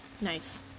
Nice